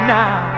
now